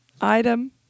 item